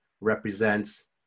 represents